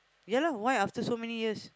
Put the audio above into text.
ya lah why after so many years